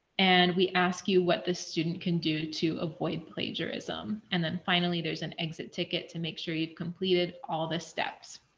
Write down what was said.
and we asked you what the student can do to avoid plagiarism. and then finally, there's an exit ticket to make sure you've completed all the steps.